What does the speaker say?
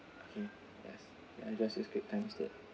okay that's I'll just use quick time instead